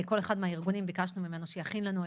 ביקשנו מכל אחד מהארגונים שיכין לנו.